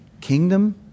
kingdom